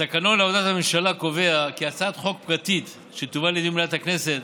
התקנון לעבודת הממשלה קובע כי הצעת חוק פרטית שתובא לאישור מליאת הכנסת